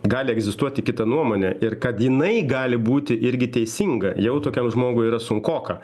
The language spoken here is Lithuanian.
gali egzistuoti kita nuomonė ir kad jinai gali būti irgi teisinga jau tokiam žmogui yra sunkoka